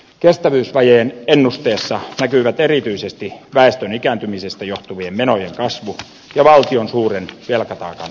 kestävyysvajeen ennusteessa näkyvät erityisesti väestön ikääntymisestä johtuvien menojen kasvu ja valtion suuren velkataakan lyhentäminen